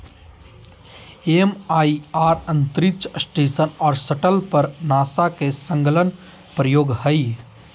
MIR अंतरिक्ष station और shuttle पर नासा के संलग्न प्रयोग हइ